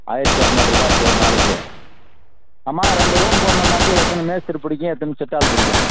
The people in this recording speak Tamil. ஆயிரத்து இரநூறுபா ஆச்சு ஒரு நாளைக்கு ஆமாம் ரெண்டு ரூம் போடணுனாக்கா எத்தனை மேஸ்த்ரி பிடிக்கும் எத்தனை செட்டால் பிடிக்கும்